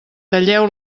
talleu